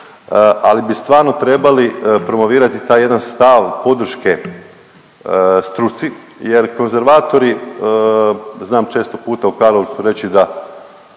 ali bi stvarno trebali promovirati taj jedan stav podrške struci jer konzervatori, znam često puta u Karlovcu reći da